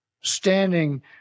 standing